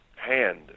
hand